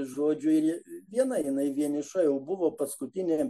žodžiu ir viena jinai vieniša jau buvo paskutinė